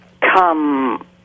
come